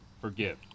forgive